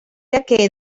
historia